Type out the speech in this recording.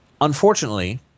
Unfortunately